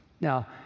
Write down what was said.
Now